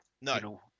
no